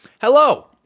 hello